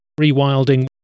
rewilding